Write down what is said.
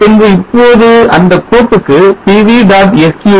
பின்பு இப்போது அந்த கோப்புக்கு pv